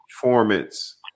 performance